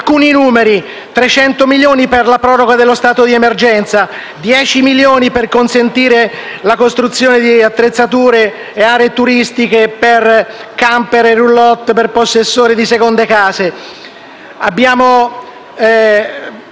Alcuni numeri: 300 milioni per la proroga dello stato di emergenza; 10 milioni per consentire la costruzione di attrezzature e aree turistiche per *camper* e *roulotte* per possessori di seconde case. Abbiamo